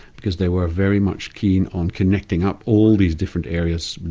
because they were very much keen on connecting up all these different areas,